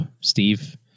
Steve